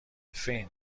فین